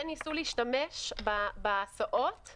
כן ניסו להשתמש בהסעות,